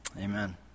amen